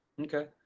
Okay